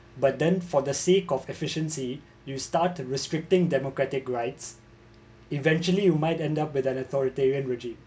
but then for the sake of efficiency you start restricting democratic rights eventually you might end up with an authoritarian regime